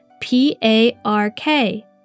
P-A-R-K